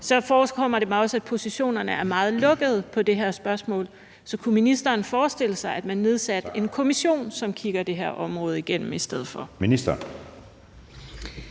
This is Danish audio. Så forekommer det mig også, at positionerne er meget lukkede på det her spørgsmål. Så kunne ministeren forestille sig, at man nedsatte en kommission, som kigger det her område igennem i stedet for?